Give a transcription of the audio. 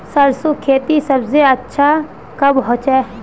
सरसों खेती सबसे अच्छा कब होचे?